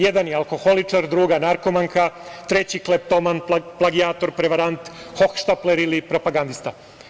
Jedan je alkoholičar, druga narkomanka, treći kleptoman, plagijator, prevarant, hohštapler ili propagandista.